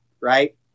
Right